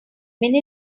minute